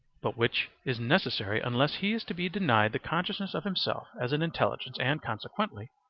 but which is necessary unless he is to be denied the consciousness of himself as an intelligence and, consequently,